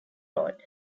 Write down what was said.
road